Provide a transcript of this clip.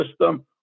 system